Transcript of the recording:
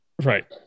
Right